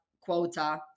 quota